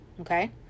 Okay